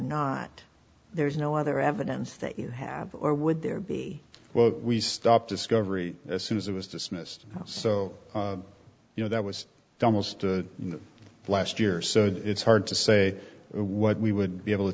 not there's no other evidence that you have or would there be well we stopped discovery as soon as it was dismissed so you know that was the most in the last year so it's hard to say what we would be able to